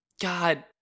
God